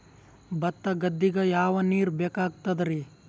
ಭತ್ತ ಗದ್ದಿಗ ಯಾವ ನೀರ್ ಬೇಕಾಗತದರೀ?